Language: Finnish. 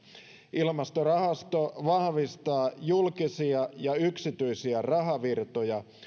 ilmastorahasto vahvistaa julkisia ja yksityisiä rahavirtoja